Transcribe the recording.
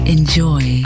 Enjoy